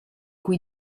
cui